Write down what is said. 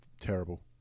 terrible